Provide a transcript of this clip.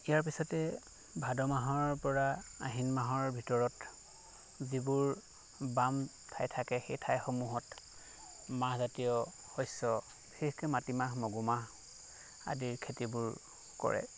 ইয়াৰ পিছতে ভাদ মাহৰ পৰা আহিন মাহৰ ভিতৰত যিবোৰ বাম ঠাই থাকে সেই ঠাইসমূহত মাহজাতীয় শস্য বিশেষকৈ মাটিমাহ মগুমাহ আদিৰ খেতিবোৰ কৰে